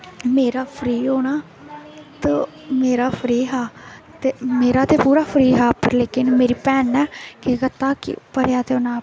मेरा फ्री होना ते मेरा फ्री हा ते मेरा ते पूरा फ्री हा पर लेकिन मेरी भैन ने केह् कीता कि भरेआ ते उ'नें